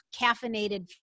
caffeinated